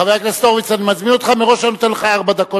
חבר הכנסת ניצן הורוביץ,